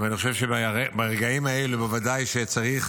אני חושב שברגעים האלה בוודאי שצריך